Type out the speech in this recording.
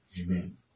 Amen